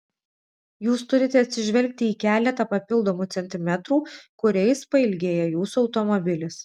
jūs turite atsižvelgti į keletą papildomų centimetrų kuriais pailgėja jūsų automobilis